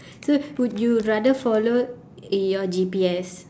so would you rather follow your G_P_S